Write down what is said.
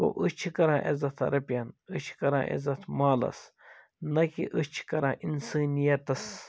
گوٚو أسۍ چھِ کَران عزت رۄپیَن أسۍ چھِ کَران عزت مالَس نہَ کہِ أسۍ چھِ کَران اِنسٲنِیَتَس